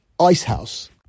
icehouse